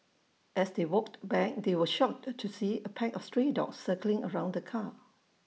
as they walked back they were shocked to see A pack of stray dogs circling around the car